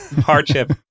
hardship